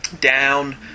Down